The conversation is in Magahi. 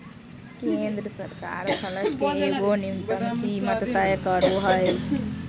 केंद्र सरकार फसल के एगो न्यूनतम कीमत तय करो हइ